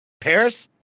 paris